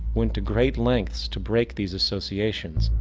went to great lengths to break these associations,